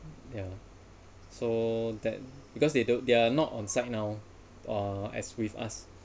yeah so that because they don't they're not on site now or as with us